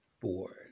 board